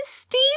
Steve